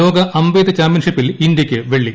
ലോക അമ്പെയ്ത്ത് ചാമ്പ്യൻഷിപ്പിൽ ഇന്ത്യയ്ക്ക് വെള്ളി